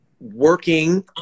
working